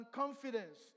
confidence